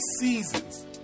seasons